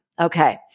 Okay